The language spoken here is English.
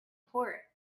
port